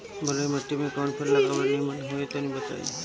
बलुई माटी में कउन फल लगावल निमन होई तनि बताई?